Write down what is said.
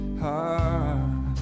heart